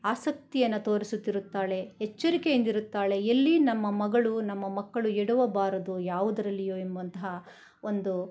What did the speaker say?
ಆಸಕ್ತಿಯನ್ನ ತೋರಿಸುತ್ತಿರುತ್ತಾಳೆ ಎಚ್ಚರಿಕೆಯಿಂದಿರುತ್ತಾಳೆ ಎಲ್ಲಿ ನಮ್ಮ ಮಗಳು ನಮ್ಮ ಮಕ್ಕಳು ಎಡವಬಾರದು ಯಾವುದರಲ್ಲಿಯೂ ಎಂಬಂತಹ ಒಂದು